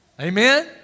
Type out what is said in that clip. Amen